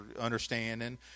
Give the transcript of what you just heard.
understanding